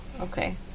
okay